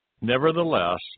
Nevertheless